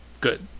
Good